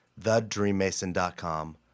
thedreammason.com